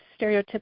stereotypical